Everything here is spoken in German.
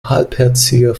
halbherziger